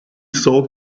saw